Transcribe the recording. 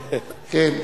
בבקשה.